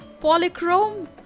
Polychrome